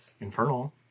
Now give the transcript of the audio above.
Infernal